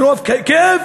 מרוב כאב,